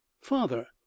father